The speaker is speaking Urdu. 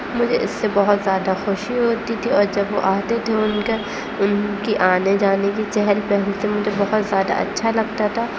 مجھے اس سے بہت زیادہ خوشی ہوتی تھی اور جب وہ آتے تھے ان کا ان کی آنے جانے کی چہل پہل سے مجھے بہت زیادہ اچھا لگتا تھا